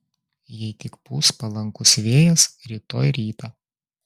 jei tik pūs palankus vėjas rytoj rytą